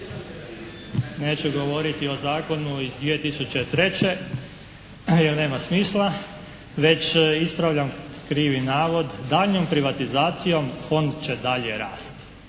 Neću govoriti o zakonu iz 2003. jer nema smisla već ispravljam krivi navod: "Daljnjom privatizacijom Fond će dalje rasti".